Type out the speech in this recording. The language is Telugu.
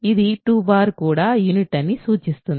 ఇది 2 కూడా యూనిట్ అని సూచిస్తుంది